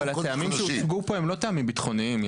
אבל הטעמים שהוצגו פה הם לא טעמים ביטחוניים,